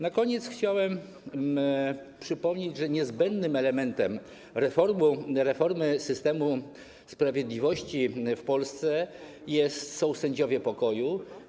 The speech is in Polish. Na koniec chciałbym przypomnieć, że niezbędnym elementem reformy systemu sprawiedliwości w Polsce są sędziowie pokoju.